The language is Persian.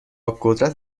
قدرت